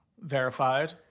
verified